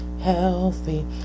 healthy